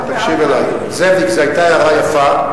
תקשיב לי, זאביק, זו היתה הערה יפה,